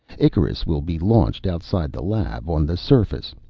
icarus will be launched outside the lab, on the surface.